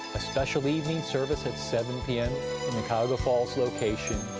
a special evening service at seven pm in the cuyahoga falls location.